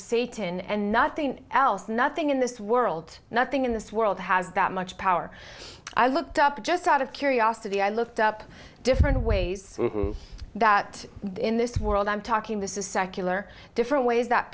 satan and nothing else nothing in this world nothing in this world has that much power i looked up just out of curiosity i looked up different ways that in this world i'm talking to secular different ways that